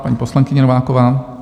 Paní poslankyně Nováková.